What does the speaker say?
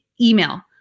email